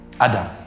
Adam